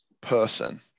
person